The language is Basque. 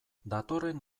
datorren